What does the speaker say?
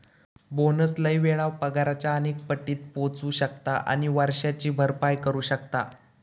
bonus लय वेळा पगाराच्या अनेक पटीत पोचू शकता आणि वर्षाची भरपाई करू शकता